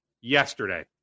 yesterday